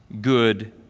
good